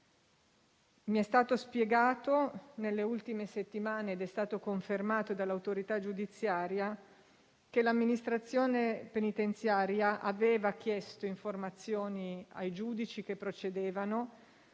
Mi è stato spiegato nelle ultime settimane - ed è stato confermato dall'autorità giudiziaria - che l'amministrazione penitenziaria aveva chiesto informazioni ai giudici che procedevano,